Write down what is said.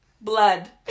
Blood